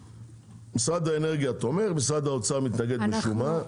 משרד האנרגיה תומך, משרד האוצר מתנגד משום מה.